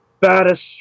Baddest